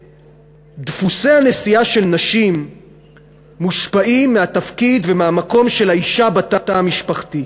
דפוסי הנסיעה של נשים מושפעים מהתפקיד ומהמקום של האישה בתא המשפחתי.